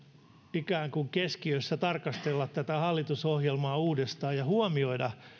ikään kuin keskiössä oli mahdollisuus tarkastella tätä hallitusohjelmaa uudestaan ja huomioida